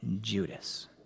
Judas